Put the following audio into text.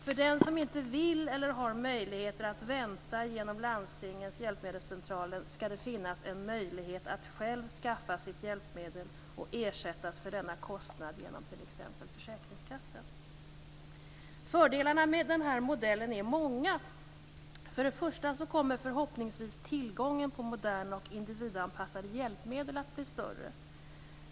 För den som inte vill eller har möjligheter att vänta genom landstingens hjälpmedelscentraler skall det finnas en möjlighet att själv skaffa sitt hjälpmedel och ersättas för denna kostnad genom t.ex. Fördelarna med modellen är många. För det första kommer förhoppningsvis tillgången på moderna och individanpassade hjälpmedel att bli större.